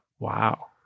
Wow